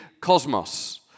cosmos